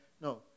no